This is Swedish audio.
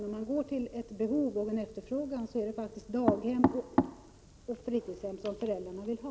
Om man ser till behov och efterfrågan finner man att det är daghem och fritidshem som föräldrarna vill ha.